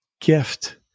gift